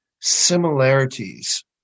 similarities